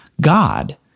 God